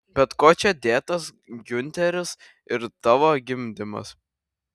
bet kuo čia dėtas giunteris ir tavo gimdymas